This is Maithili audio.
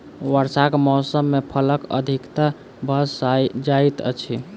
वर्षाक मौसम मे फलक अधिकता भ जाइत अछि